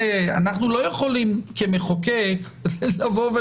אנחנו לא יכולים כמחוקק לומר,